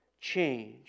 change